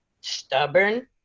stubborn